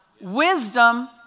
wisdom